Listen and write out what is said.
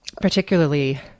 particularly